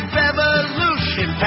revolution